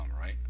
right